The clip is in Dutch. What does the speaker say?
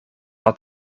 had